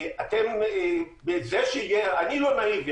אני לא נאיבי,